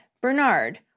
Bernard